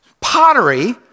pottery